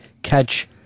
Catch